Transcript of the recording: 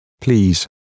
please